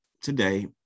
today